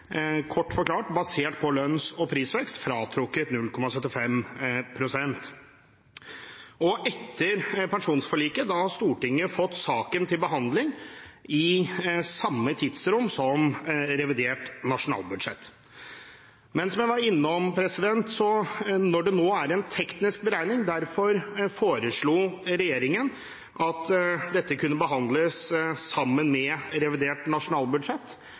kort forklart – en mer teknisk beregning basert på lønns- og prisvekst, fratrukket 0,75 pst. Etter pensjonsforliket har Stortinget fått saken til behandling i samme tidsrom som revidert nasjonalbudsjett. Når det er en teknisk beregning, foreslo regjeringen at dette kunne behandles sammen med revidert nasjonalbudsjett.